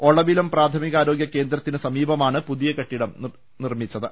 ഒളവിലം പ്രാഥമികാരോഗൃ കേന്ദ്രത്തിന് സമീപമാണ് പുതിയ കെട്ടിടം നിർമ്മിച്ചത്